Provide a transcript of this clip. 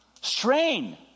Strain